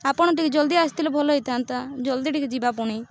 ଆପଣ ଟିକେ ଜଲଦି ଆସିଥିଲେ ଭଲ ହେଇଥାନ୍ତା ଜଲଦି ଟିକେ ଯିବା ପୁଣି